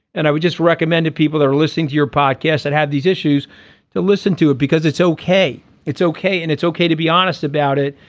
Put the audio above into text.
and i would just recommend to people that are listening to your podcast that had these issues to listen to it because it's ok it's ok and it's ok to be honest about it.